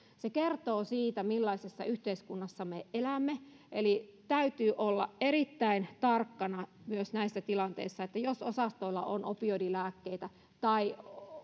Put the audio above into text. se kertoo siitä millaisessa yhteiskunnassa me elämme täytyy olla erittäin tarkkana myös näissä tilanteissa niin että jos osastoilla on opioidilääkkeitä tai